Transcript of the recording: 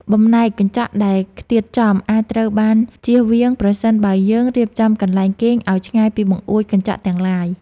បំណែកកញ្ចក់ដែលខ្ទាតចំ អាចត្រូវបានជៀសវាងប្រសិនបើយើងរៀបចំកន្លែងគេងឱ្យឆ្ងាយពីបង្អួចកញ្ចក់ទាំងឡាយ។